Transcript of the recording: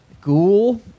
Ghoul